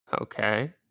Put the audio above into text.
Okay